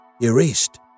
erased